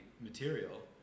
material